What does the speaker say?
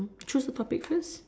choose a topic first